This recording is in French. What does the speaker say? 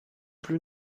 plus